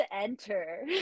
enter